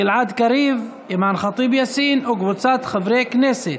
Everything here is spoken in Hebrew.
גלעד קריב, אימאן ח'טיב יאסין וקבוצת חברי הכנסת,